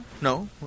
no